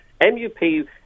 MUP